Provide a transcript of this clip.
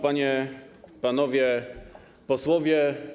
Panie i Panowie Posłowie!